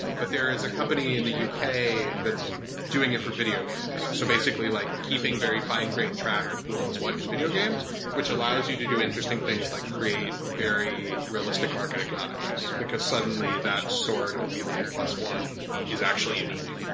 but there is a company in the u k. that's doing it for video games. so basically, like keeping very fine-grain track of who owns what in video games which allow you to do interesting things like create very realistic market economies, because suddenly that sort of wielding plus one is actually unique.